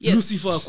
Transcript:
Lucifer